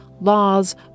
laws